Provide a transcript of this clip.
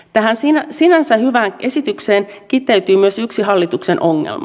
tähän sinänsä hyvään esitykseen kiteytyy myös yksi hallituksen ongelma